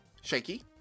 Shaky